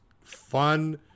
fun